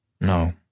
No